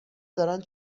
دارن